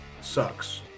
sucks